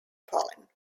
pollen